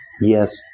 Yes